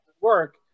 work